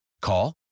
Call